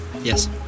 Yes